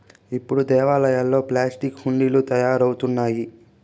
ఇప్పుడు దేవాలయాల్లో ప్లాస్టిక్ హుండీలు తయారవుతున్నాయి